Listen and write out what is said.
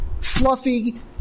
fluffy